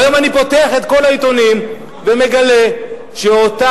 היום אני פותח את כל העיתונים ומגלה שאותה